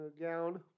gown